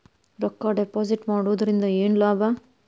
ರೊಕ್ಕ ಡಿಪಾಸಿಟ್ ಮಾಡುವುದರಿಂದ ಏನ್ ಲಾಭ?